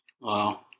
Wow